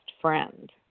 friend